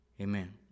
Amen